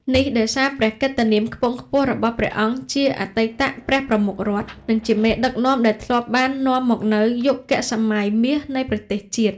នេះដោយសារព្រះកិត្តិនាមខ្ពង់ខ្ពស់របស់ព្រះអង្គជាអតីតព្រះប្រមុខរដ្ឋ និងជាមេដឹកនាំដែលធ្លាប់បាននាំមកនូវយុគសម័យមាសនៃប្រទេសជាតិ។